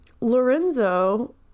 Lorenzo